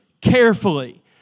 carefully